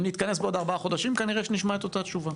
אם נתכנס בעוד ארבעה חודשים שוב נקבל אותה תשובה.